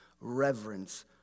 reverence